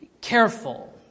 careful